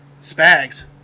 Spags